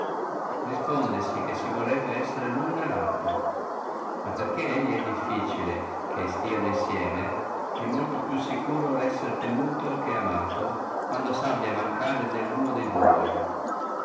converso rispondesi che si vorrebbe essere luno e laltro ma perché elli è difficile accozzarli insieme è molto più sicuro essere temuto che amato quando si abbia a mancare delluno de dua